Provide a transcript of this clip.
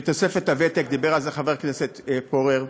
בתוספת הוותק, דיבר על זה חבר הכנסת פורר,